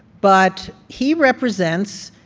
but he represents,